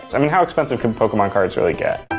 i mean, how expensive can pokemon cards really get?